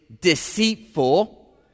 deceitful